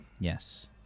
Yes